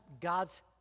God's